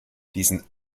diesen